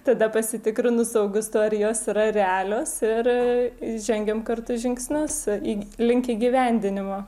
tada pasitikrinu su augustu ar jos yra realios ir žengiam kartu žingsnius į link įgyvendinimo